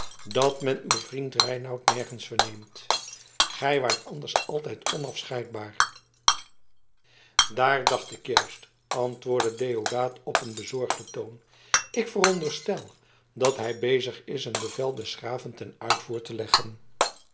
dat men uw vriend reinout nergens verneemt gij waart anders altijd onafscheidbaar daaraan dacht ik juist antwoordde deodaat op een bezorgden toon ik veronderstel dat hij bezig is een bevel des graven ten uitvoer te leggen